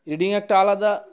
reading একটা আলাদা